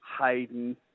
Hayden